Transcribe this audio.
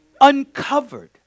Uncovered